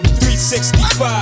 365